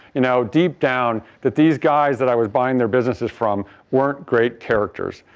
you know deep down that these guys that i was buying their businesses from weren't great characters.